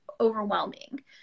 overwhelming